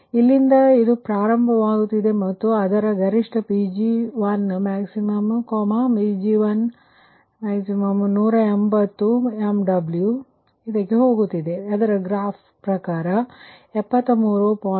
ಆದ್ದರಿಂದ ಇಲ್ಲಿ ಇದು ಇಲ್ಲಿಂದ ಪ್ರಾರಂಭವಾಗುತ್ತಿದೆ ಮತ್ತು ಅದರ ಗರಿಷ್ಠ Pg1max Pg1max 180 MW ಇದು ಇದಕ್ಕೆ ಹೋಗುತ್ತಿದೆ ಮತ್ತು ಅದರ ಗ್ರಾಫ್ ಪ್ರಕಾರ ಇದು 73